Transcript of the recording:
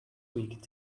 week